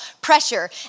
pressure